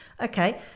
Okay